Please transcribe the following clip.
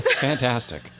Fantastic